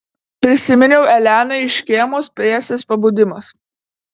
prisiminiau eleną iš škėmos pjesės pabudimas